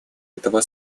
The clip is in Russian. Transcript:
этого